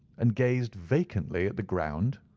and gazed vacantly at the ground,